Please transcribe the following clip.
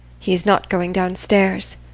he is not going downstairs.